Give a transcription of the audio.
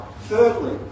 Thirdly